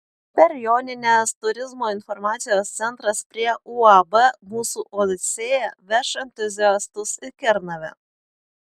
per jonines turizmo informacijos centras prie uab mūsų odisėja veš entuziastus į kernavę